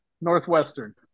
Northwestern